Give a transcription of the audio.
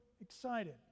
excited